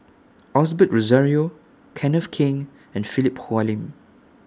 Osbert Rozario Kenneth Keng and Philip Hoalim